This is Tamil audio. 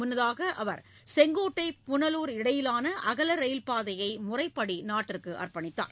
முன்னதாக அவர் செங்கோட்டை புனலூர் இடையிலான அகல ரயில் பாதையை முறைப்படி நாட்டிற்கு அர்ப்பணித்தார்